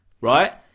right